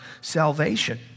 salvation